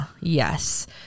Yes